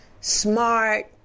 smart